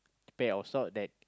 pair of sock that